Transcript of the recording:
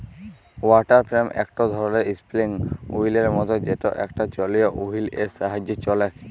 water frame একটো ধরণের spinning ওহীলের মত যেটা একটা জলীয় ওহীল এর সাহায্যে চলেক